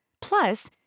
Plus